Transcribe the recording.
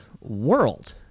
world